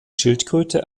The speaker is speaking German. schildkröte